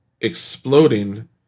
exploding